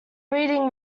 reading